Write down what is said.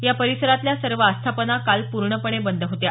या परिसरातल्या सर्व आस्थापना काल पूर्णपणे बंद होत्या